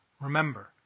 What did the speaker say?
Remember